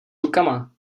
rukama